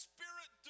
Spirit